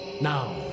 Now